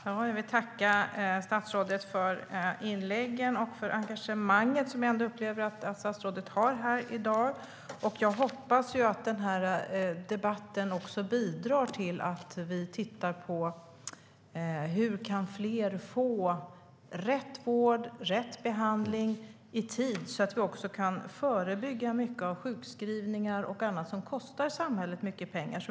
Fru talman! Jag tackar statsråden för inläggen och för det engagemang som jag upplever att statsrådet har. Jag hoppas att denna debatt bidrar till att vi ser över hur fler kan få rätt vård och behandling i tid så att vi kan förebygga sjukskrivningar och annat som kostar samhället mycket pengar.